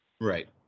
Right